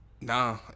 Nah